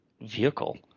vehicle